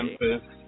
Memphis